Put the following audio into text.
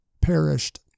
perished